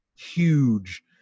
huge